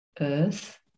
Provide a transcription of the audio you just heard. earth